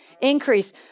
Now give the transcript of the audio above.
increase